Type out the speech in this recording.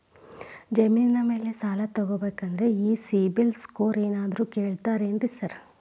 ಜಮೇನಿನ ಮ್ಯಾಲೆ ಸಾಲ ತಗಬೇಕಂದ್ರೆ ಈ ಸಿಬಿಲ್ ಸ್ಕೋರ್ ಏನಾದ್ರ ಕೇಳ್ತಾರ್ ಏನ್ರಿ ಸಾರ್?